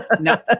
No